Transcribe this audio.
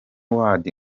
ward